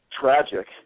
tragic